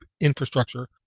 infrastructure